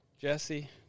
Jesse